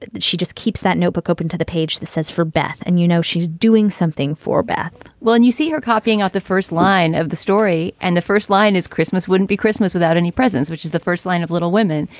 she just keeps that notebook open to the page that says for beth. and, you know, she's doing something for beth well, and you see her copying out the first line of the story. and the first line is christmas wouldn't be christmas without any presence, which is the first line of little women.